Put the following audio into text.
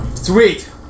Sweet